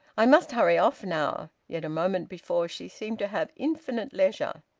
i must hurry off now. yet a moment before she seemed to have infinite leisure.